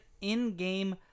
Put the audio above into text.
in-game